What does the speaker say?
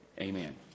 Amen